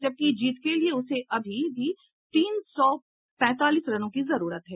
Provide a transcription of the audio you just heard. जबकि जीत के लिए उसे अभी तीन सौ पैंतीस रनों की जरूरत है